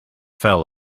fell